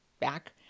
back